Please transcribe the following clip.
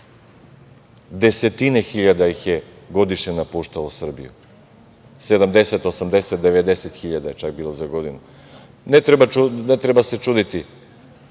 hiljada ih je godišnje napuštalo Srbiju, 70, 80, 90 hiljada je čak bilo za godinu. Ne treba se čuditi,